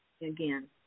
again